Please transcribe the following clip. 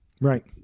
right